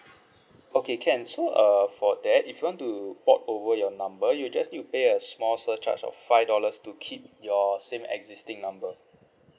okay can so uh for that if you want to port over your number you just need to pay a small surcharge of five dollars to keep your same existing number